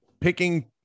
picking